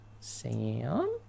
Sam